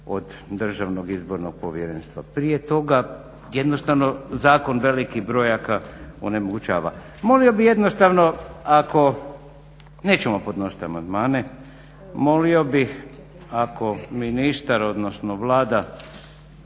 za 4 godine od DIP-a, prije toga jednostavno zakon velikih brojaka onemogućava. Molio bih jednostavno ako, nećemo podnosit amandmane, molio bih ako ministar odnosno Vlada